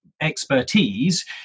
expertise